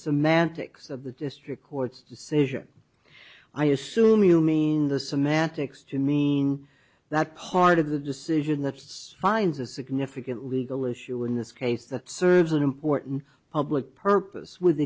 semantics of the district court's decision i assume you mean the semantics to mean that part of the decision that's finds a significant legal issue in this case that serves an important public purpose with